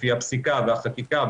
לפי הפסיקה והחקיקה,